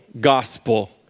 gospel